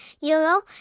Euro